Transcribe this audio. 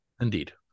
indeed